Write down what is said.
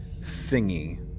thingy